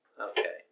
Okay